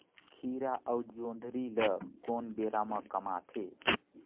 खीरा अउ जोंदरी ल कोन बेरा म कमाथे?